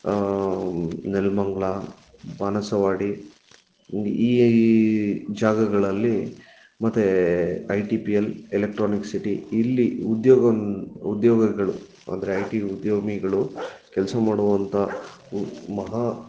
ನೆಲಮಂಗಲ ಬಾಣಸವಾಡಿ ಈ ಜಾಗಗಳಲ್ಲಿ ಮತ್ತು I T P L Electronic City ಇಲ್ಲಿ ಉದ್ಯೋಗವನ್ನ ಉದ್ಯೋಗಗಳು ಅಂದರೆ ಐ ಟಿ ಉದ್ಯಮಿಗಳು ಕೆಲಸ ಮಾಡುವಂಥ ಮಹಾ